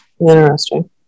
Interesting